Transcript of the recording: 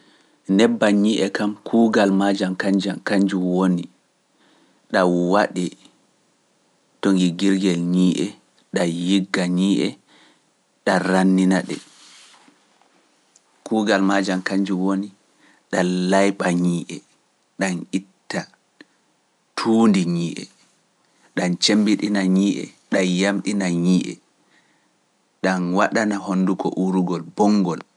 Nebbam ñiiye kam kuugal maajam kanjam kanjum woni ɗan waɗe to ngiggirgel ñiiye ɗan yigga ñiiye ɗan rannina ɗe. Kuugal maajam kanjum woni ɗa layɓa ñiiye, ɗam itta tuundi ñiiye, ɗam cemmbiɗina ñiiye, ɗam yamɗina ñiiye, ɗam waɗana honnduko uurugol bonngol.